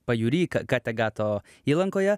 pajūry kategato įlankoje